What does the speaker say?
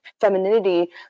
femininity